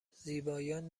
زیبایان